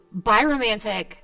biromantic